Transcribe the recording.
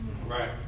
Right